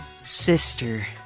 Sister